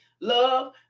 Love